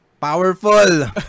powerful